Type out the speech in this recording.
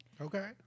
Okay